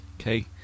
Okay